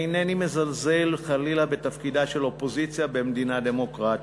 אינני מזלזל חלילה בתפקידה של אופוזיציה במדינה דמוקרטית,